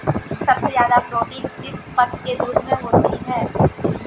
सबसे ज्यादा प्रोटीन किस पशु के दूध में होता है?